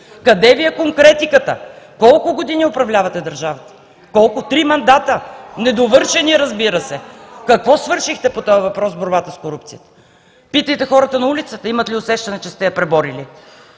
Къде Ви е конкретиката? Колко години управлявате държавата? Колко?! Три мандата! Недовършени, разбира се! (Шум и реплики от ГЕРБ.) Какво свършихте по този въпрос – борбата с корупцията? Питайте хората на улицата, имат ли усещане, че сте я преборили?